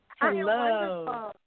Hello